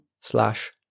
slash